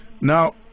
Now